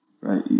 right